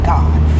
God